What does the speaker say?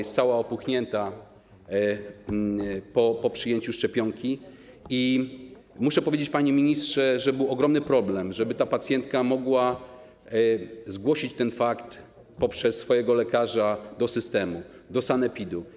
Jest cała opuchnięta po przyjęciu szczepionki i muszę powiedzieć, panie ministrze, że był ogromny problem, żeby ta pacjentka mogła zgłosić ten fakt przez swojego lekarza do systemu, do sanepidu.